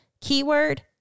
Keyword